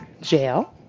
jail